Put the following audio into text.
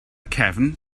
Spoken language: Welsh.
cefn